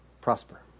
prosper